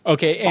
Okay